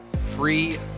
free